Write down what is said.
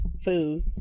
food